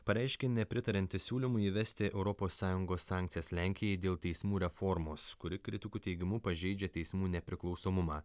pareiškė nepritariantis siūlymui įvesti europos sąjungos sankcijas lenkijai dėl teismų reformos kuri kritikų teigimu pažeidžia teismų nepriklausomumą